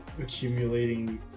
accumulating